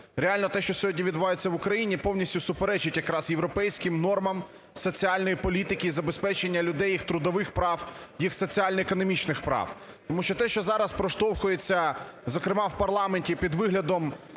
Реально, те, що сьогодні відбувається в Україні, повністю суперечить якраз європейським нормам соціальної політики і забезпечення людей їх трудових прав, їх соціально-економічних прав. Тому що те, що зараз проштовхується, зокрема, в парламенті під виглядом